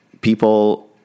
people